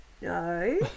no